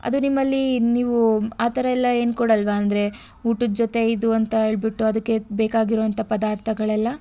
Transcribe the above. ಅದು ನಿಮ್ಮಲ್ಲಿ ನೀವು ಆ ಥರ ಎಲ್ಲ ಏನು ಕೊಡಲ್ವಾ ಅಂದರೆ ಊಟದ ಜೊತೆ ಇದು ಅಂತ ಹೇಳಿಬಿಟ್ಟು ಅದಕ್ಕೆ ಬೇಕಾಗಿರುವಂಥ ಪದಾರ್ಥಗಳೆಲ್ಲ